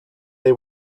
they